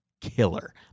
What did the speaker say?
killer